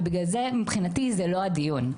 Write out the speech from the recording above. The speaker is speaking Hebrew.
ובגלל זה מבחינתי זה לא הדיון.